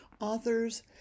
authors